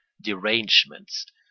derangements